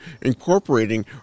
incorporating